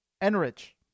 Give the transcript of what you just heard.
Enrich